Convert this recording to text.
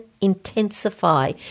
intensify